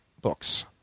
books